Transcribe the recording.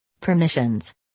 Permissions